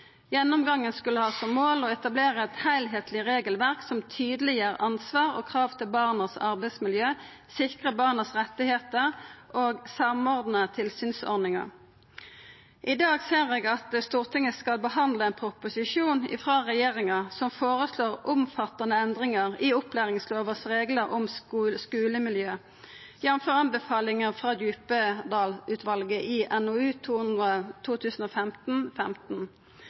Gjennomgangen skal ha som mål å etablere et helhetlig regelverk som tydeliggjør ansvar og krav til barnas arbeidsmiljø, sikrer barnas rettigheter og samordner tilsynsordninger». I dag ser eg at Stortinget skal behandla ein proposisjon frå regjeringa som føreslår omfattande endringar i opplæringslovas reglar om skulemiljø, jf. anbefalingane frå Djupedal-utvalet i NOU